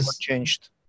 changed